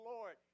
Lord